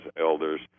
elders